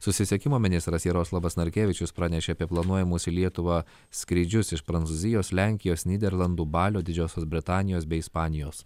susisiekimo ministras jaroslavas narkevičius pranešė apie planuojamus į lietuvą skrydžius iš prancūzijos lenkijos nyderlandų balio didžiosios britanijos bei ispanijos